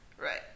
Right